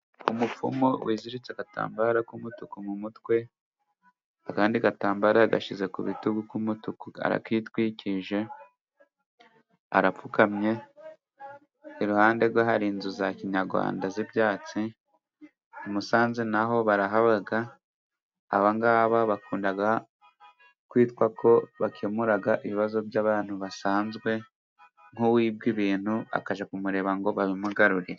Umupfumu wiziritse agatambaro k'umutuku mu mutwe akandi gatambaro yagashyize ku bitugu k'umutuku arakitwikije, arapfukamye iruhande rwe hari inzu za Kinyarwanda z'ibyatsi. I Musanze naho barahaba aba ngaba bakunda kwitwa ko bakemura ibibazo by'abantu basanzwe nk'uwibwe ibintu akajya kumureba ngo babimugarurire.